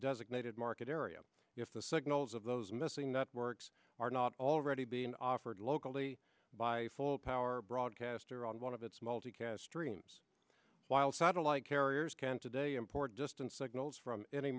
designated market area if the signals of those missing that works are not already being offered locally by full power broadcaster on one of its multicast streams while satellite carriers can today import distant signals from any